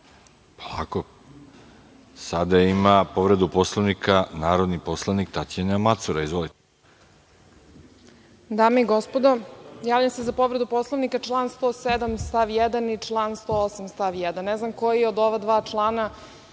Da.)Sada ima povredu Poslovnika narodni poslanik Tatjana Macura. Izvolite.